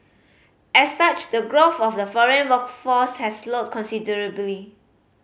as such the growth of the foreign workforce has slowed considerably